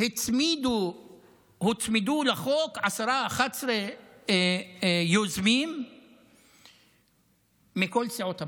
הוצמדו לחוק 11-10 יוזמים מכל סיעות הבית,